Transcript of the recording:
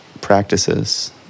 practices